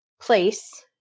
place